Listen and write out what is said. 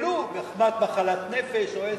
ייפסלו מחמת מחלת נפש או,